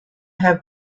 have